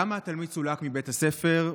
1. למה התלמיד סולק מבית הספר?